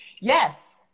Yes